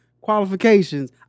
qualifications